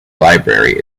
library